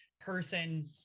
person